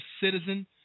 citizen